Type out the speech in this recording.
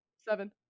Seven